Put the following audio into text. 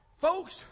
folks